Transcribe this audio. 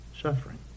suffering